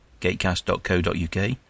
gatecast.co.uk